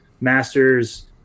Masters